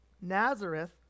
Nazareth